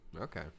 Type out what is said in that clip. Okay